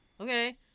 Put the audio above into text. okay